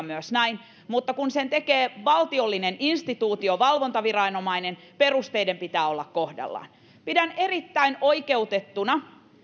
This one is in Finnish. myös toimia näin mutta kun sen tekee valtiollinen instituutio valvontaviranomainen perusteiden pitää olla kohdallaan pidän erittäin oikeutettuna